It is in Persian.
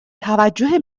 توجه